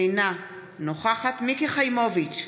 אינה נוכחת מיקי חיימוביץ'